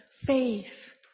faith